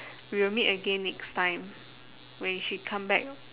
we will meet again next time when she come back